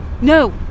No